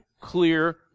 clear